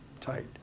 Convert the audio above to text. tight